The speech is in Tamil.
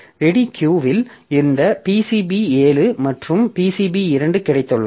ரெடி கியூ இல் இந்த PCB7 மற்றும் PCB2 கிடைத்துள்ளன